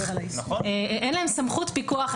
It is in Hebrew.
אין להם סמכות פיקוח.